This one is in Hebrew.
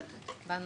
התרבות